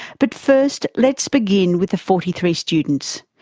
but first let's begin with the forty three students.